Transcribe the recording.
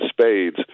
spades